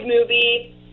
movie